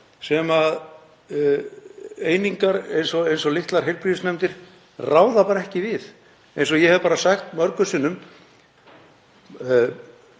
sem einingar eins og litlar heilbrigðisnefndir ráða bara ekki við. Eins og ég hef sagt mörgum sinnum: